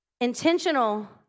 intentional